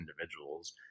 individuals